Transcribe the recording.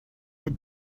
had